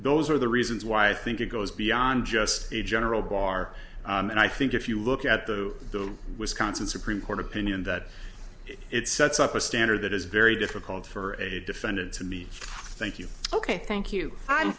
those are the reasons why i think it goes beyond just a general bar and i think if you look at the wisconsin supreme court opinion that it sets up a standard that is very difficult for a defendant to me thank you ok thank you i'm